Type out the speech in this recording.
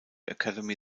academy